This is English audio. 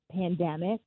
pandemic